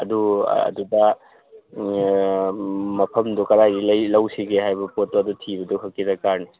ꯑꯗꯨ ꯑꯗꯨꯗ ꯃꯐꯝꯗꯣ ꯀꯗꯥꯏꯗ ꯂꯩ ꯂꯧꯁꯤꯒꯦ ꯍꯥꯏꯕ ꯄꯣꯠꯇꯣ ꯑꯗꯨ ꯊꯤꯕꯗꯣ ꯈꯛꯀꯤ ꯗꯔꯀꯥꯔꯅꯦ